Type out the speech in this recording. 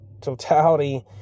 totality